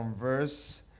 verse